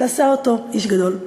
ועשה אותו איש גדול.